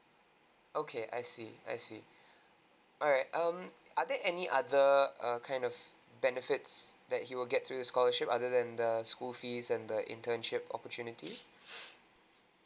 okay I see I see alright um are there any other err kind of benefits that he will get through the scholarship other than the school fees and the internship opportunity